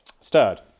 stirred